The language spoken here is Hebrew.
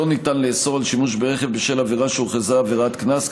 לא ניתן לאסור שימוש ברכב בשל עבירה שהוכרזה עבירת קנס,